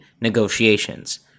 negotiations